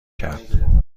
کرد